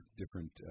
different